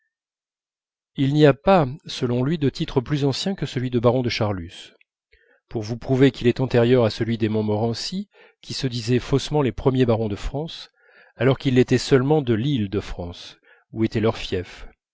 il n'y a pas selon lui de titre plus ancien que celui de baron de charlus pour vous prouver qu'il est antérieur à celui des montmorency qui se disaient faussement les premiers barons de france alors qu'ils l'étaient seulement de lîle de france où était leur fief